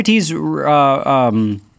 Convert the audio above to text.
Socrates